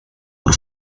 por